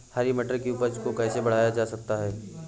हरी मटर की उपज को कैसे बढ़ाया जा सकता है?